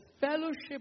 fellowship